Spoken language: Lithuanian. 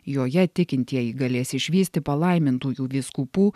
joje tikintieji galės išvysti palaimintųjų vyskupų